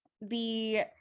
the-